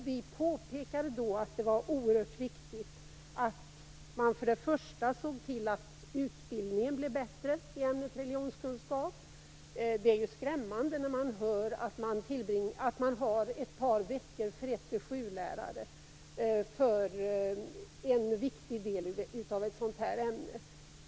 Vi påpekade då att det för det första var oerhört viktigt att man såg till att utbildningen för lärarna i ämnet religionskunskap blev bättre. Det är skrämmande att höra att 1-7-lärare har ett par veckors utbildning för en viktig del av ett sådant ämne.